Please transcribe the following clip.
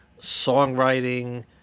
songwriting